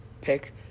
pick